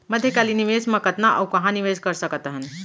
मध्यकालीन निवेश म कतना अऊ कहाँ निवेश कर सकत हन?